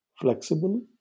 flexible